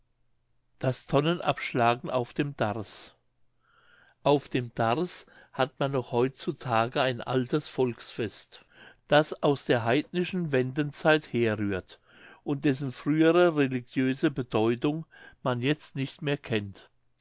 das tonnenabschlagen auf dem darß auf dem darß hat man noch heut zu tage ein altes volksfest das aus der heidnischen wendenzeit herrührt und dessen frühere religiöse bedeutung man jetzt nicht mehr kennt